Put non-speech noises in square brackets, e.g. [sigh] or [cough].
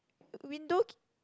window [noise]